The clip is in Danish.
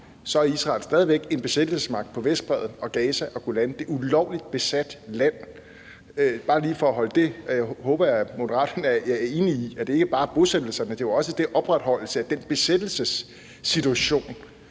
er Israel stadig væk en besættelsesmagt på Vestbredden og i Gaza og på Golan. Det er ulovligt besat land. Jeg håber, at Moderaterne er enige i, at det ikke bare er bosættelserne, men også opretholdelsen af den besættelsessituation